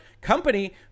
company